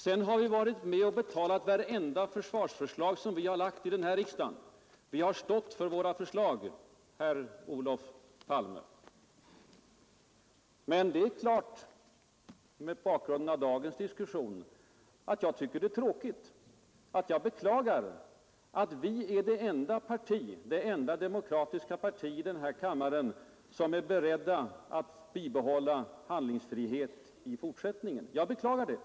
Vi har varit med och ”betalat” vart enda försvarsförslag som vi har lagt i den här kammaren. Vi har stått för våra förslag, herr Olof Palme. Men det är klart att jag, mot bakgrunden av dagens diskussion, finner det beklagligt att vi är det enda demokratiska parti i denna kammare som är berett att bibehålla den försvarspolitiska handlingsfriheten även i fortsättningen.